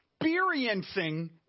experiencing